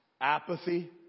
apathy